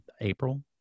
April